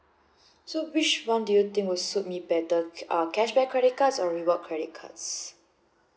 so which one do you think will suit me better uh cashback credit cards or reward credit cards